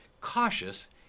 cautious